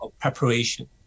preparation